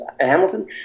Hamilton